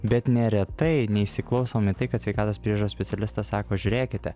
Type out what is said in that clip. bet neretai neįsiklausom į tai kad sveikatos priežiūros specialistas sako žiūrėkite